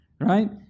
right